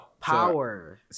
power